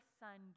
son